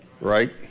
right